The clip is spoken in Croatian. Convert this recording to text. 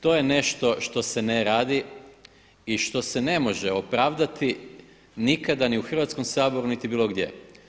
To je nešto što se ne radi i što se ne može opravdati nikada ni u Hrvatskom saboru niti bilo gdje.